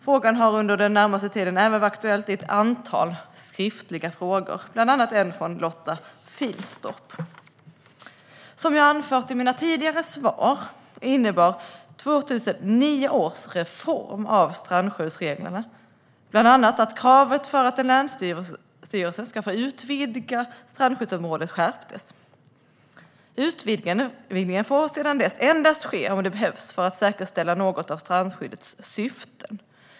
Frågan har den senaste tiden även varit aktuell i ett antal skriftliga frågor, bland annat en från Lotta Finstorp. Som jag anfört i mina tidigare svar innebar 2009 års reform av strandskyddsreglerna bland annat att kravet för att en länsstyrelse ska få utvidga ett strandskyddsområde skärptes. Utvidgning får sedan dess endast ske om det behövs för att säkerställa något av strandskyddets syften.